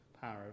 Power